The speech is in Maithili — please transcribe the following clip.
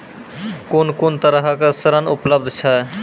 कून कून तरहक ऋण उपलब्ध छै?